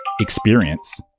experience